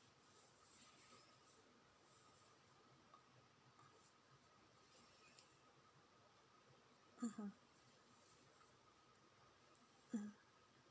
mmhmm mm